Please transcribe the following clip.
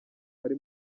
ari